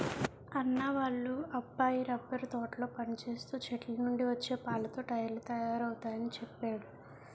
అన్నా వాళ్ళ అబ్బాయి రబ్బరు తోటలో పనిచేస్తూ చెట్లనుండి వచ్చే పాలతో టైర్లు తయారవుతయాని చెప్పేడు